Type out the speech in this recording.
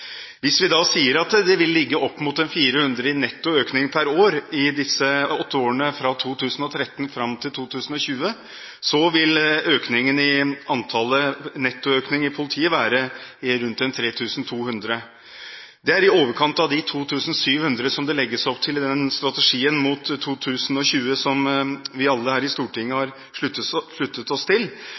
per år i de åtte årene fra 2013 fram til 2020, vil nettoøkningen i politiet være på rundt 3 200. Det er i overkant av de 2 700 som det legges opp til i strategien mot 2020, som vi alle her i Stortinget har sluttet oss til.